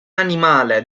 animale